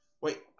Wait